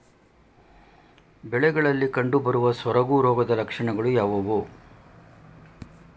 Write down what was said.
ಬೆಳೆಗಳಲ್ಲಿ ಕಂಡುಬರುವ ಸೊರಗು ರೋಗದ ಲಕ್ಷಣಗಳು ಯಾವುವು?